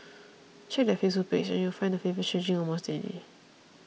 check their Facebook page and you will find the flavours changing almost daily